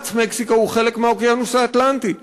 מפרץ מקסיקו הוא חלק מהאוקיינוס האטלנטי.